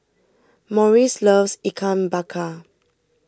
Maurice loves Ikan Bakar